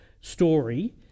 story